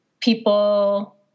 people